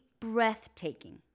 breathtaking